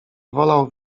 wolał